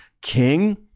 king